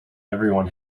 everyone